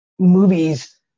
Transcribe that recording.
Movies